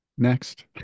next